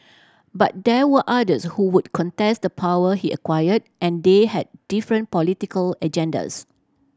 but there were others who would contest the power he acquired and they had different political agendas